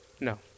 No